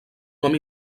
nom